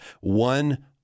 one